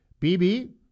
BB